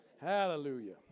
Hallelujah